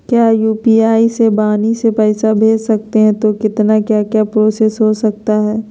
क्या यू.पी.आई से वाणी से पैसा भेज सकते हैं तो कितना क्या क्या प्रोसेस हो सकता है?